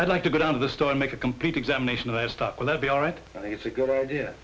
i'd like to go down to the store and make a complete examination of a stock will that be all right i think it's a good idea